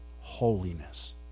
holiness